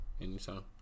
anytime